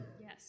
Yes